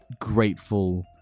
grateful